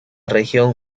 región